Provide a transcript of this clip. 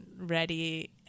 ready